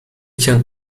cię